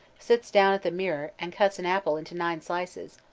sits down at the mirror, and cuts an apple into nine slices,